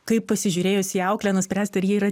kaip pasižiūrėjus į auklę nuspręst ar ji yra